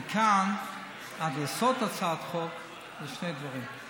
מכאן עד לעשות הצעת חוק זה שני דברים.